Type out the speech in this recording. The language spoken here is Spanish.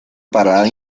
parada